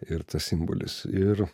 ir tas simbolis ir